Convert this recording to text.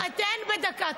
אני אתן בדקה.